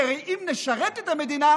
כי הרי אם נשרת את המדינה,